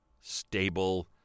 stable